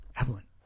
Evelyn